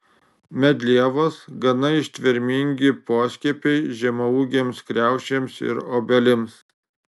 medlievos gana ištvermingi poskiepiai žemaūgėms kriaušėms ir obelims